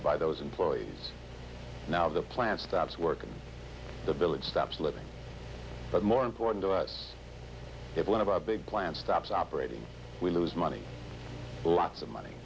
by those employees now the plan stops working the village stops living but more important to us if one of our big plan stops operating we lose money lots of money